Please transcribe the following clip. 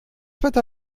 wetter